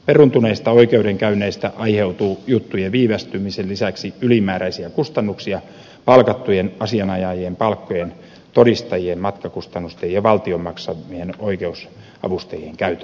peruuntuneista oikeudenkäynneistä aiheutuu juttujen viivästymisen lisäksi ylimääräisiä kustannuksia palkattujen asianajajien palkkojen todistajien matkakustannusten ja valtion maksamien oikeusavustajien käytön vuoksi